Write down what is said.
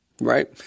right